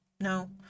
no